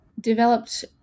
developed